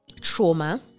trauma